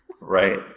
Right